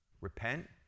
repent